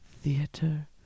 theater